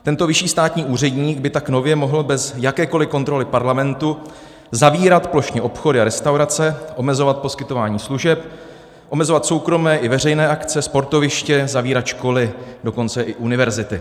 Tento vyšší státní úředník by tak nově mohl bez jakékoliv kontroly Parlamentu zavírat plošně obchody a restaurace, omezovat poskytování služeb, omezovat soukromé i veřejné akce, sportoviště, zavírat školy, dokonce i univerzity.